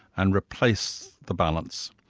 and replace the balance.